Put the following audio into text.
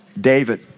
David